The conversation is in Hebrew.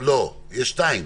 לא, יש שתיים.